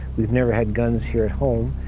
we've never had guns here at home,